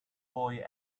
boy